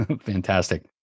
Fantastic